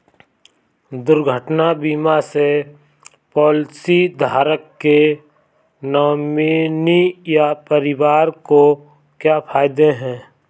दुर्घटना बीमा से पॉलिसीधारक के नॉमिनी या परिवार को क्या फायदे हैं?